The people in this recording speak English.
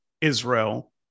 Israel